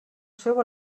seu